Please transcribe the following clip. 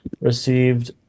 received